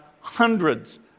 hundreds